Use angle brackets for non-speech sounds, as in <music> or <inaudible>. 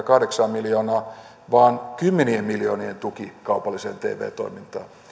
<unintelligible> kahdeksan miljoonan vaan kymmenien miljoonien tuen kaupalliseen tv toimintaan